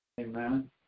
amen